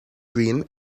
green